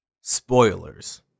Spoilers